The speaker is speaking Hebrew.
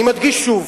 אני מדגיש שוב: